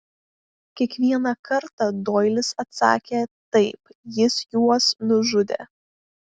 kiekvieną kartą doilis atsakė taip jis juos nužudė